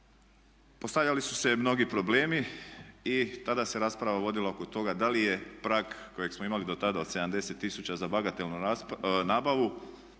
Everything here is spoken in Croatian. Postavljali su se mnogi problemi i tada se rasprava vodila oko toga da li je prag kojeg smo imali do tada od 70000 za bagatelnu nabavu